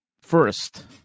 first